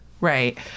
Right